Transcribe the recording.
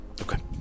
okay